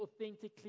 authentically